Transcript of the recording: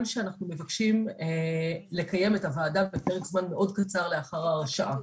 שאנחנו מבקשים לקיים את הוועדה בפרק זמן מאוד קצר לאחר ההרשעה.